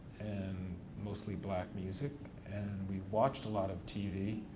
and mostly black music, and we watched a lot of tv,